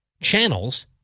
channels